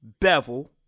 Bevel